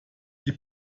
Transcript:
die